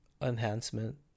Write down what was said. enhancement